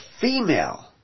female